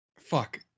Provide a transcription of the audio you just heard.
fuck